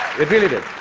it really did.